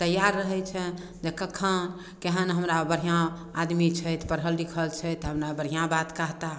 तैयार रहै छनि जे कखन केहन हमरा बढ़िआँ आदमी छथि पढ़ल लिखल छथि हमरा बढ़िआँ बात कहता